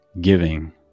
giving